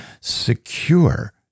secure